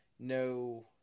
No